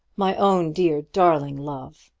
my own dear, darling love,